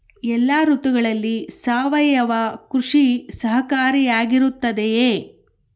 ಎಲ್ಲ ಋತುಗಳಲ್ಲಿ ಸಾವಯವ ಕೃಷಿ ಸಹಕಾರಿಯಾಗಿರುತ್ತದೆಯೇ?